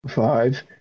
five